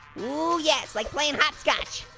oh yeah, it's like playing hopscotch!